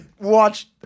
Watch